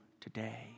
today